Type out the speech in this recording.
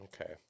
Okay